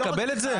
לקבל את זה?